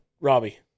Robbie